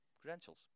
credentials